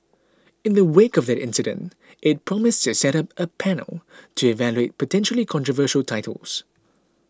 in the wake of that incident it promised to set up a panel to evaluate potentially controversial titles